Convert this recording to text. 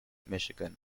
michigan